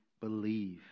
believe